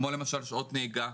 כמו למשל, שעות נהיגה.